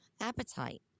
appetite